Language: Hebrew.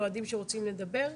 אוהדים שרוצים לדבר,